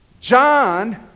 John